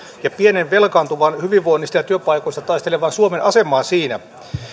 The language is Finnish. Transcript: ja pienen velkaantuvan hyvinvoinnista ja työpaikoista taistelevan suomen asemaan siinä